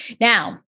Now